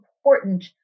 important